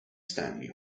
stanley